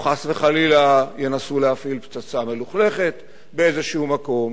או חס וחלילה ינסו להפעיל פצצה מלוכלכת באיזה מקום,